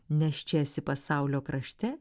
nes čia esi pasaulio krašte